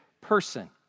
person